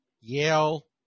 Yale